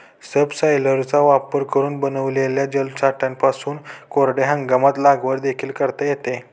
सबसॉयलरचा वापर करून बनविलेल्या जलसाठ्यांपासून कोरड्या हंगामात लागवड देखील करता येते